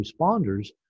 responders